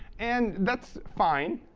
and that's fine.